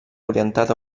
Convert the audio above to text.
orientat